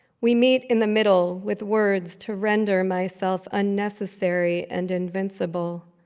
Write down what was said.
we meet in the middle with words to render myself unnecessary and invincible.